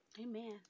amen